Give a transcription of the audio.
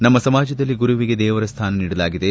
ನಮ್ನ ಸಮಾಜದಲ್ಲಿ ಗುರುವಿಗೆ ದೇವರ ಸ್ಥಾನ ನೀಡಲಾಗಿದೆ